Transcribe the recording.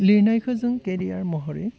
लिरनायखौ जों केरियार महरै